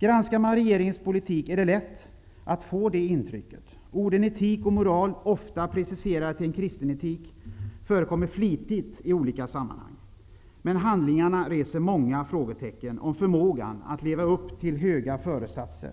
Granskar man regeringens politik är det lätt att få det intrycket. Orden etik och moral, ofta preciserade till en kristen etik, förekommer flitigt i olika sammanhang. Men handlingarna reser många frågetecken om förmågan att leva upp till höga föresatser.